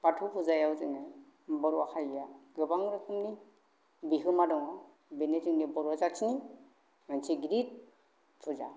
बाथौ फुजायाव जोङो बर' हारिया गोबां रोखोमनि बिहोमा दङ बेनो जोंनि बर' जाथिनि मोनसे गिदिर फुजा